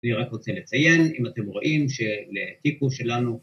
אני רק רוצה לציין אם אתם רואים שלטיקו שלנו